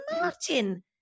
Martin